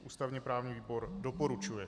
Ústavněprávní výbor doporučuje.